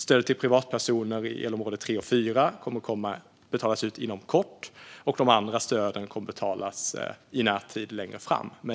Stödet till privatpersoner i elområde 3 och 4 kommer att betalas ut inom kort, och de andra stöden kommer att betalas i närtid längre fram.